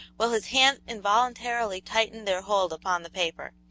while his hands involuntarily tightened their hold upon the paper.